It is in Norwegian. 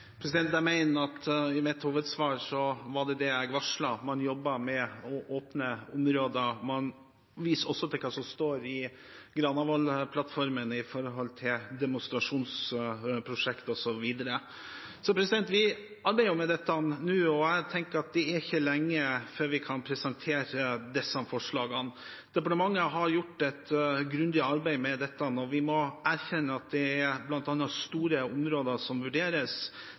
Jeg mener at i mitt hovedsvar var det det jeg varslet. Man jobber med å åpne områder, og jeg viste også til hva som står i Granavolden-plattformen når det gjelder demonstrasjonsprosjekter, osv. Vi arbeider med dette nå, og det er ikke lenge før vi kan presentere disse forslagene. Departementet har gjort et grundig arbeid med dette, og vi må erkjenne at det bl.a. er store områder som vurderes